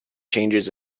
changes